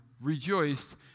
rejoiced